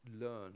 learn